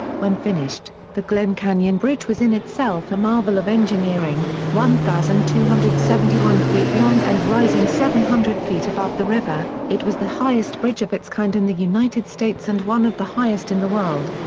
when finished, the glen canyon bridge was in itself a marvel of engineering one thousand two hundred and seventy one feet long and rising seven hundred feet above above the river, it was the highest bridge of its kind in the united states and one of the highest in the world.